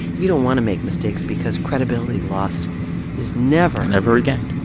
you don't want to make mistakes because credibility lost is never. never regained.